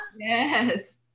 yes